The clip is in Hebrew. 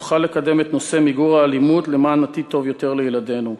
נוכל לקדם את נושא מיגור האלימות למען עתיד טוב יותר לילדינו.